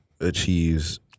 achieves